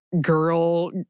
girl